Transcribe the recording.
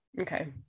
Okay